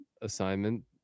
assignment